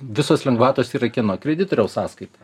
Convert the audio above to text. visos lengvatos yra kieno kreditoriaus sąskaita